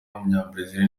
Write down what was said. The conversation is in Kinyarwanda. w’umunyabrazil